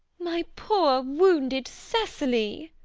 my poor wounded cecily!